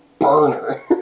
burner